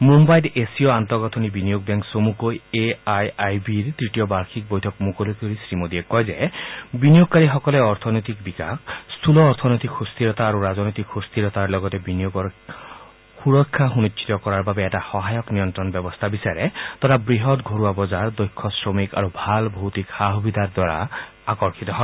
মুম্বাইত এছিয় আন্তঃগাঁথনি বিনিয়োগ বেংক চমুকৈ এ আই আই বিৰ তৃতীয় বাৰ্ষিক বৈঠক মুকলি কৰি শ্ৰীমোডীয়ে কয় যে বিনিয়োগকাৰীসকলে অৰ্থনৈতিক বিকাশ স্ফূল অৰ্থনৈতিক সুস্থিৰতা ৰাজনৈতিক সুস্থিৰতাৰ লগতে বিনিয়োগৰ সুৰক্ষা সুনিশ্চিত কৰাৰ বাবে এটা সহায়ক নিয়ন্ত্ৰণ ব্যৱস্থা বিচাৰে তথা বৃহৎ ঘৰুৱা বজাৰ দক্ষ শ্ৰমিক আৰু ভাল ভৌতিক সা সুবিধাৰ দ্বাৰা আকৰ্ষিত হয়